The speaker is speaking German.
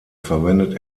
verwendet